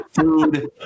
food